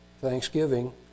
Thanksgiving